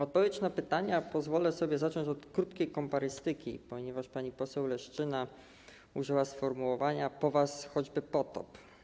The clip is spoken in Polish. Odpowiedź na pytania pozwolę sobie zacząć od krótkiej komparystyki, ponieważ pani poseł Leszczyna użyła sformułowania: po was choćby potop.